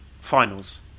finals